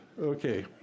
Okay